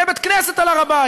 אז יהיה בית-כנסת על הר הבית